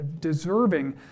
deserving